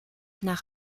nach